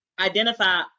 identify